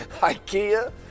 IKEA